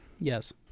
Yes